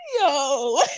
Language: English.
yo